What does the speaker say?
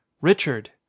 Richard